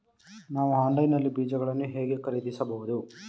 ನಾವು ಆನ್ಲೈನ್ ನಲ್ಲಿ ಬೀಜಗಳನ್ನು ಹೇಗೆ ಖರೀದಿಸಬಹುದು?